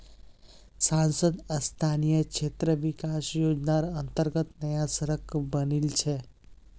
सांसद स्थानीय क्षेत्र विकास योजनार अंतर्गत नया सड़क बनील छै